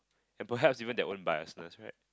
and perhaps even their own biasness right